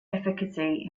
efficacy